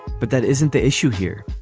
but that isn't the issue here.